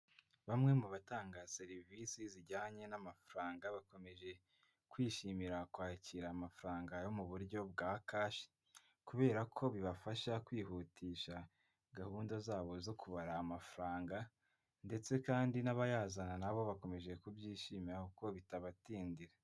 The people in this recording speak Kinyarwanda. Bamwe mu batanga serivisi zijyanye n'amafaranga, bakomeje kwishimira kwakira amafaranga yo mu buryo bwa kashi kubera ko bibafasha kwihutisha gahunda zabo zo kubara amafaranga ndetse kandi n'abayazana na bo bakomeje kubyishimira kuko bitabatindira.